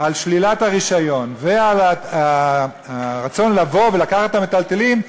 על שלילת הרישיון ועל הרצון לבוא ולקחת את המיטלטלין,